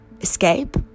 escape